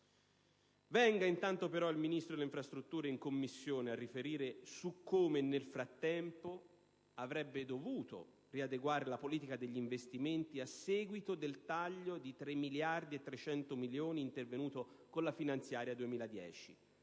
Venga intanto però il Ministro delle infrastrutture in Commissione a riferire su come, nel frattempo, avrebbe dovuto riadeguare la politica degli investimenti a seguito del taglio di 3 miliardi e 300 milioni intervenuto con la finanziaria 2010;